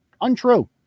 Untrue